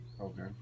Okay